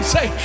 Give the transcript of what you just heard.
Say